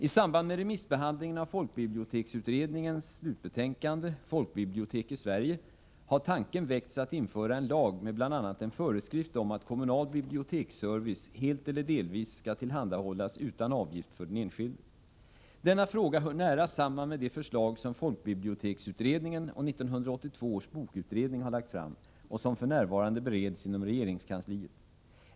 I samband med remissbehandlingen av folkbiblioteksutredningens slutbetänkande Folkbibliotek i Sverige har tanken väckts att införa en lag med bl.a. en föreskrift om att kommunal biblioteksservice helt eller delvis skall tillhandahållas utan avgift för den enskilde. Denna fråga hör nära samman med de förslag som folkbiblioteksutredningen och 1982 års bokutredning har lagt fram och som f.n. bereds inom regeringskansliet.